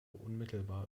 unmittelbar